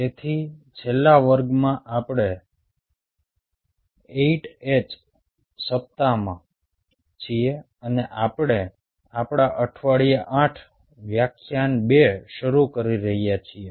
તેથી છેલ્લા વર્ગમાં આપણે 8h સપ્તાહમાં છીએ અને આપણે આપણા અઠવાડિયા 8 વ્યાખ્યાન 2 શરૂ કરી રહ્યા છીએ